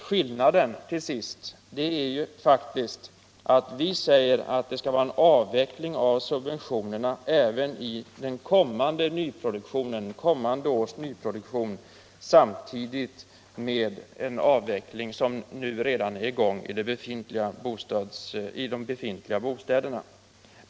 Skillnaden är ju faktiskt till sist att vi säger att det skall vara en avveckling av subventionerna även i kommande års nyproduktion samtidigt med den avveckling som nu redan är i gång i de befintliga bostäderna.